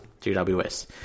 GWS